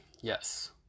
yes